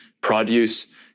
produce